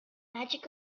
magic